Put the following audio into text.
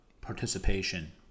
participation